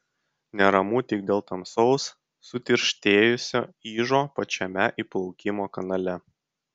neramu tik dėl tamsaus sutirštėjusio ižo pačiame įplaukimo kanale